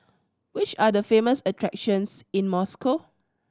which are the famous attractions in Moscow